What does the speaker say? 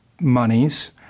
monies